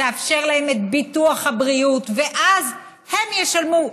תאפשר להם את ביטוח הבריאות, ואז הם ישלמו.